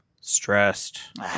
stressed